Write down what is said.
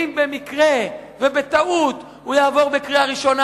אם במקרה ובטעות הוא יעבור בקריאה ראשונה,